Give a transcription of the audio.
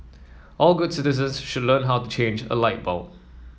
all good citizens should learn how to change a light bulb